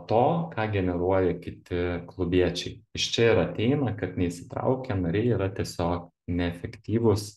to ką generuoja kiti klubiečiai iš čia ir ateina kad neįsitraukę nariai yra tiesio neefektyvūs